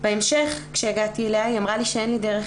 בהמשך, כשהגעתי אליה, היא אמרה לי שאין לי דרך